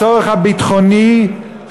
הצורך הביטחוני,